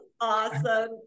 Awesome